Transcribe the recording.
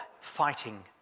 fighting